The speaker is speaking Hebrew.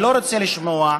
והוא לא רוצה לשמוע,